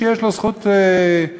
שיש לו זכות אבות,